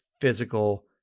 physical